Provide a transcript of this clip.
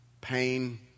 pain